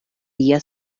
día